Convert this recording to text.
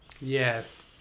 yes